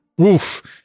Oof